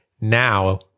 Now